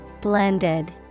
Blended